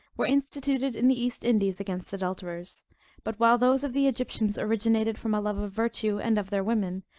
were instituted in the east indies against adulterers but while those of the egyptians originated from a love of virtue and of their woman,